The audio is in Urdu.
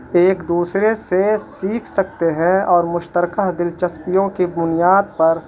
ایک دوسرے سے سیکھ سکتے ہیں اور مشترکہ دلچسپیوں کی بنیاد پر